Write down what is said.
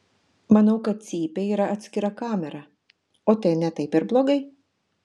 manau kad cypė yra atskira kamera o tai ne taip ir blogai